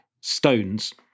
stones